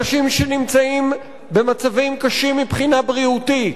אנשים שנמצאים במצבים קשים מבחינה בריאותית.